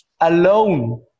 alone